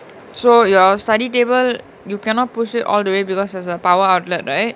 so your study table you cannot push it all the way because there's a power outlet right